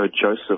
Joseph